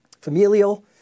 familial